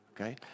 okay